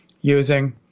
using